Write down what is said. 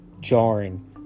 Jarring